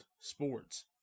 sports